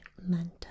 Manta